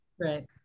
Right